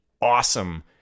awesome